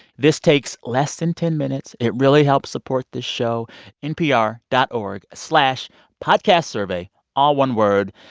this takes less than ten minutes. it really helps support this show npr dot org slash podcastsurvey all one word.